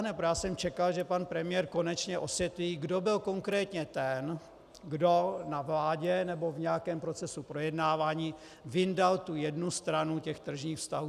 Já jsem čekal, že pan premiér konečně osvětlí, kdo byl konkrétně ten, kdo na vládě nebo v nějakém procesu projednávání vyndal tu jednu stranu tržních vztahů.